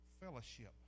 fellowship